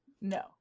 No